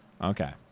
Okay